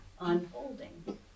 unfolding